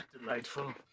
Delightful